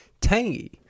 tangy